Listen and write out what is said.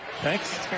Thanks